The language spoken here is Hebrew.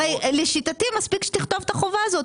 הרי מספיק שתכתוב את החובה הזאת,